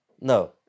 No